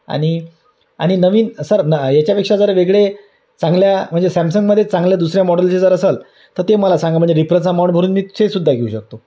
आणि आणि नवीन सर न याच्यापेक्षा जर वेगळे चांगल्या म्हणजे सॅमसंगमध्ये चांगल्या दुसऱ्या मॉडलचे जर असेल तर ते मला सांगा म्हणजे डिफरंन्स अमाऊंट भरून मी ते सुद्धा घेऊ शकतो